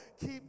Keep